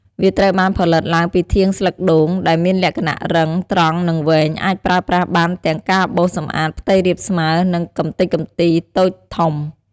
វាត្រូវបានផលិតឡើងពីធាងស្លឹកដូង ដែលមានលក្ខណៈរឹង ត្រង់ និងវែង អាចប្រើប្រាស់បានទាំងការបោសសម្អាតផ្ទៃរាបស្មើ និងកម្ទេចកំទីតូចធំ។